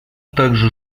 также